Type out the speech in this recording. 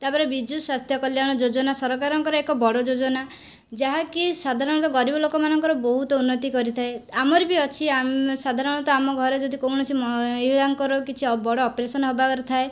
ତାପରେ ବିଜୁ ସ୍ୱାସ୍ଥ୍ୟ କଲ୍ୟାଣ ଯୋଜନା ସରକାରଙ୍କର ଏକ ବଡ଼ ଯୋଜନା ଯାହାକି ସାଧାରଣତଃ ଗରିବ ଲୋକ ମାନଙ୍କର ବହୁତ ଉନ୍ନତି କରିଥାଏ ଆମର ବି ଅଛି ଆମେ ସାଧାରଣତଃ ଆମ ଘରେ ଯଦି କୌଣସି ମହିଳାଙ୍କର କିଛି ବଡ଼ ଅପରେସନ ହେବାର ଥାଏ